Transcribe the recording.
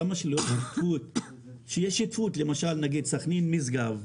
למה שלא תהיה שותפות, למשל, סכנין ומשגב?